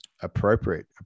appropriate